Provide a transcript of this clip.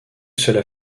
cela